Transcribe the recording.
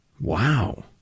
Wow